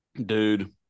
dude